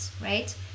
right